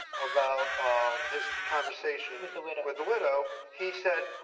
about um his conversation with the widow. with the widow. he said,